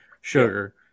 sugar